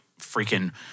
freaking